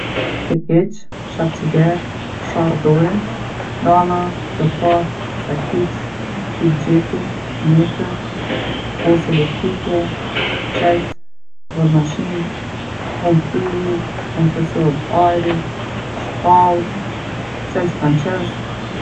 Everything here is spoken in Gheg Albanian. Çekiç, shafciger, sharrë dore, dana, lopatë, sakicë, thikë gjepi, metër, kosë elektrike, çels, burmashinë, pompë uji, kompresor ajri, shkallë, çels francez.